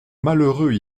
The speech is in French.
malheureux